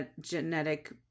genetic